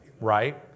Right